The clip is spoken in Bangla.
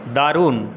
দারুন